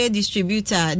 distributor